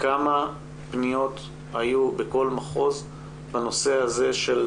אני מבקש לדעת כמה פניות היו בכל מחוז בנושא הזה של